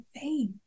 faith